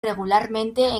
regularmente